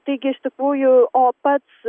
taigi iš tikrųjų o pats